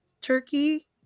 turkey